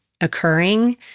occurring